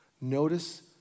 Notice